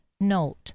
note